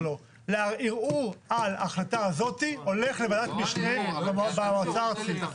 הערעור על ההחלטה הזאת הולך לוועדת משנה במועצה הארצית.